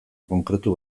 konkretu